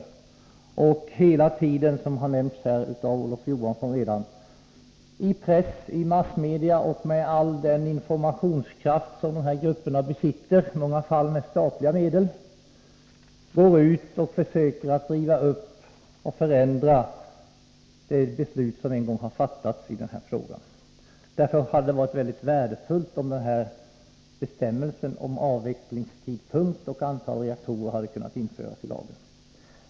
Som Olof Johansson redan har nämnt går dessa grupper hela tiden ut i press och andra massmedier och med all den informationskraft som de besitter, i många fall med statliga medel, och försöker riva upp och förändra beslut som en gång har fattats i den här frågan. Därför hade det varit mycket värdefullt, om den här bestämmelsen om avvecklingstidpunkt och antal reaktorer hade kunnat införas i lagen.